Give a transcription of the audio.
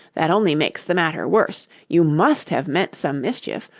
that only makes the matter worse. you must have meant some mischief,